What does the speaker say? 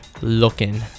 Looking